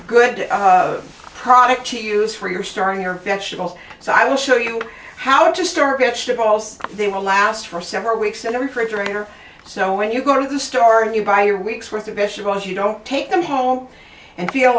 good product to use for your starting your vegetables so i will show you how to store gets the balls they will last for several weeks in a refrigerator so when you go to the store and you buy a week's worth of issuance you don't take them home and feel